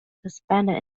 suspended